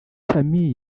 famille